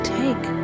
take